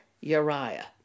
Uriah